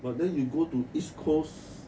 but then you go to east coast